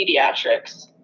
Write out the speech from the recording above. pediatrics